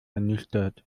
ernüchtert